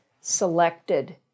selected